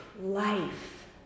life